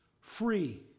free